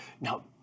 Now